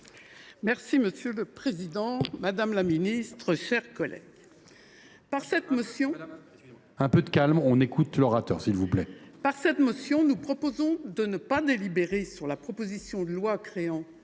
Monsieur le président, madame la ministre, mes chers collègues, par cette motion, nous proposons de ne pas délibérer sur la proposition de loi créant